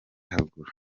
haruguru